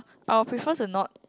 I will prefer to not